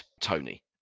Tony